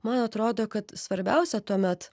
man atrodo kad svarbiausia tuomet